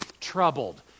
troubled